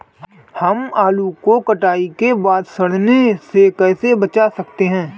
हम आलू को कटाई के बाद सड़ने से कैसे बचा सकते हैं?